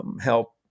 help